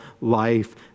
life